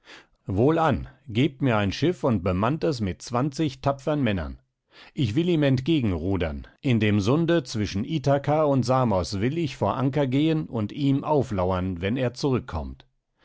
wohlan gebt mir ein schiff und bemannt es mit zwanzig tapfern männern ich will ihm entgegenrudern in dem sunde zwischen ithaka und samos will ich vor anker gehen und ihm auflauern wenn er zurückkommt